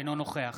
אינו נוכח